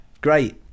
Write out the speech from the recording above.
great